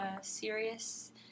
serious